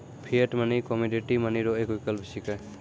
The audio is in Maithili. फिएट मनी कमोडिटी मनी रो एक विकल्प छिकै